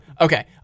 Okay